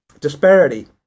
disparity